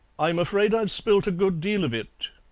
i'm afraid i've spilt a good deal of it,